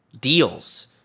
deals